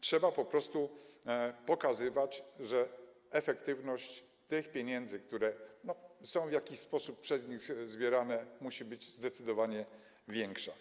Trzeba po prostu pokazywać, że efektywność tych pieniędzy, które są w jakiś sposób przez nich zbierane, musi być zdecydowanie większa.